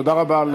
תודה רבה.